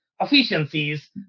efficiencies